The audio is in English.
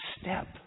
step